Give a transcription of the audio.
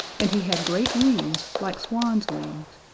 and he had great wings like swan's wings,